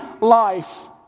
life